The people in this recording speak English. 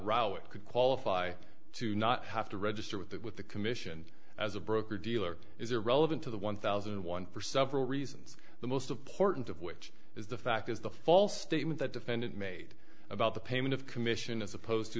it could qualify to not have to register with that with the commission as a broker dealer is irrelevant to the one thousand and one for several reasons the most important of which is the fact is the false statement that defendant made about the payment of commission as opposed to